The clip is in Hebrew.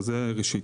זה ראשית.